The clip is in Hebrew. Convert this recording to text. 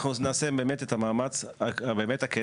אנחנו נעשה את המאמץ הכן.